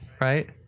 Right